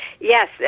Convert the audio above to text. Yes